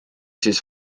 siis